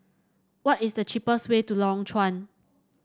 what is the cheapest way to Lorong Chuan